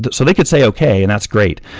but so they could say okay and that's great,